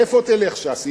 לאן תלך ש"ס?